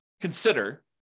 consider